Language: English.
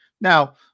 now